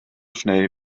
schnell